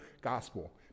gospel